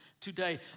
today